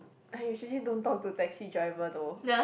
I usually don't talk to taxi driver though